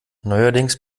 neuerdings